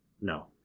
no